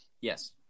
Yes